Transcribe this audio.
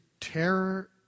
terror